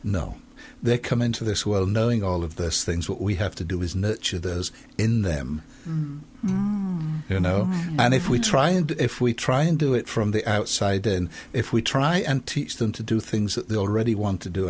no they come into this world knowing all of this things what we have to do is nurture those in them you know and if we try and if we try and do it from the outside then if we try and teach them to do things that they already want to do